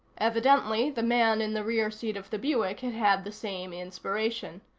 evidently the man in the rear seat of the buick had had the same inspiration.